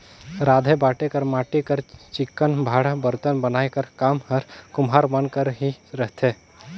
राँधे बांटे कर माटी कर चिक्कन भांड़ा बरतन बनाए कर काम हर कुम्हार मन कर ही रहथे